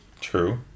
True